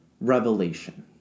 revelation